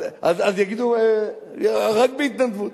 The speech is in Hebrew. אז יגידו: רק בהתנדבות.